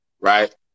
right